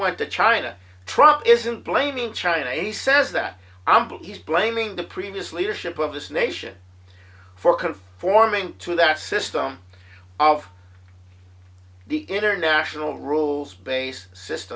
went to china trump isn't blaming china he says that he's blaming the previous leadership of this nation for conforming to that system of the international rules based syst